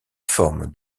forme